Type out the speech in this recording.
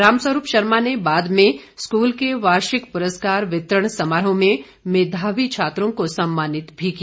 रामस्वरूप शर्मा ने बाद में स्कूल के वार्षिक पुरस्कार वितरण समारोह में मेधावी छात्रों को सम्मानित भी किया